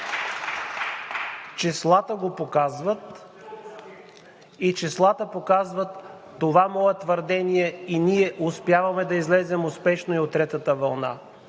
видимо за всички – числата показват това мое твърдение. Ние успяваме да излезем успешно и от третата вълна.